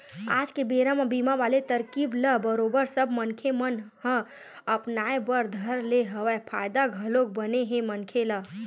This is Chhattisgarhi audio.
आज के बेरा म बीमा वाले तरकीब ल बरोबर सब मनखे मन ह अपनाय बर धर ले हवय फायदा घलोक बने हे मनखे ल